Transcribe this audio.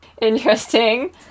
interesting